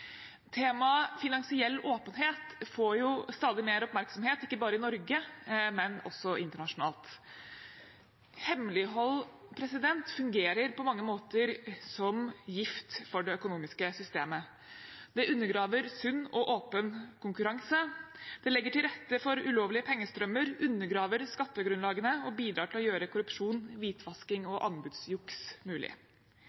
Temaet «finansiell åpenhet» får stadig mer oppmerksomhet, ikke bare i Norge, men også internasjonalt. Hemmelighold fungerer på mange måter som gift for det økonomiske systemet. Det undergraver sunn og åpen konkurranse. Det legger til rette for ulovlige pengestrømmer, undergraver skattegrunnlagene og bidrar til å gjøre korrupsjon, hvitvasking og anbudsjuks mulig.